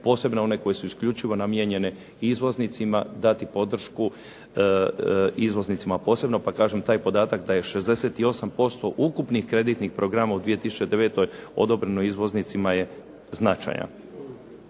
posebno one kojima su isključivo namijenjeni izvoznicima dati podršku izvoznicima posebno pa kažem taj podatak da je 68% ukupnih kreditnih programa u 2009. odobreno izvoznicima je značajan.